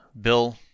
Bill